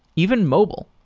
even mobile.